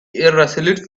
irresolute